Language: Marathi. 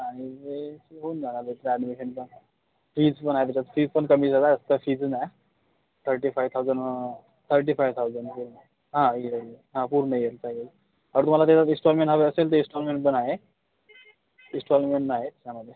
आणि हे इथे होऊन जाणार ह्याच्या ॲडमिशनचं फीज पण आहे त्याच्यात फी पण कमी जरा आता सीजन आहे thirty five thousand thirty five thousand आहे हा ईयर हा पूर्ण ईयरचा येईल परत त्यात तुम्हाला इस्टॉलमेंट हवी असेल तर इस्टॉलमेंट पण आहे इस्टॉलमेंट नाही त्याच्यामध्ये